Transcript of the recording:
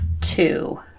two